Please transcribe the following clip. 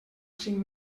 cinc